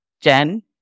Jen